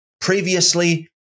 previously